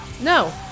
no